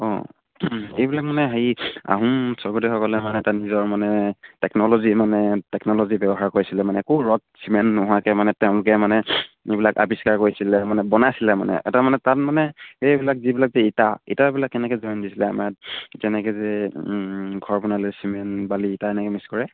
অঁ এইবিলাক মানে হেৰি আহোম স্বৰ্গদেউসকলে মানে তাত নিজৰ মানে টেকন'লজি মানে টেকন'লজি ব্যৱহাৰ কৰিছিলে মানে একো ৰদ চিমেণ্ট নোহোৱাকৈ মানে তেওঁলোকে মানে এইবিলাক আৱিষ্কাৰ কৰিছিলে মানে বনাইছিলে মানে এটা মানে তাত মানে এইবিলাক যিবিলাক যে ইটা ইটাবিলাক কেনেকৈ জইন দিছিলে আমাৰ যেনেকৈ যে ঘৰ বনালে চিমেণ্ট বালি ইটা এনেকৈ মিক্স কৰে